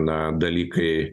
na dalykai